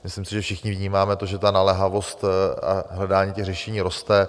Myslím si, že všichni vnímáme to, že ta naléhavost a hledání řešení roste.